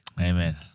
Amen